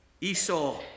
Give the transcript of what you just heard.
Esau